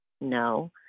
No